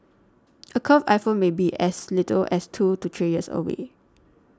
a curved iPhone may be as little as two to three years away